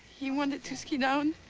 he wanted to ski down.